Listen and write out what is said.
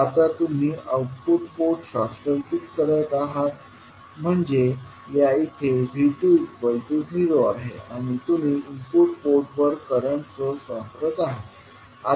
आता तुम्ही output port short circuit करत आहात म्हणजे या इथे V2 0 आहे आणि तुम्ही इनपुट पोर्टवर करंट सोर्स वापरत आहात